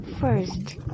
first